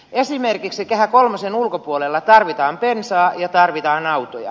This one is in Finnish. esimerkiksi kehä kolmosen ulkopuolella tarvitaan bensaa ja tarvitaan autoja